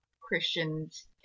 Christians